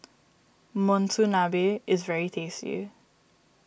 Monsunabe is very tasty